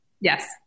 yes